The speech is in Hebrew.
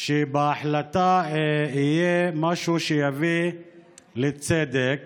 לכך שבהחלטה יהיה משהו שיביא לצדק